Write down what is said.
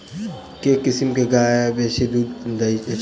केँ किसिम केँ गाय बेसी दुध दइ अछि?